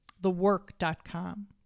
thework.com